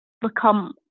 become